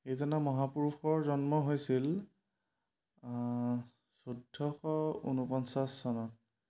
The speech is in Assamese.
এইজনা মহাপুৰুষৰ জন্ম হৈছিল চৈধ্যশ ঊনপঞ্চাছ চনত